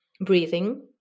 breathing